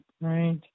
Right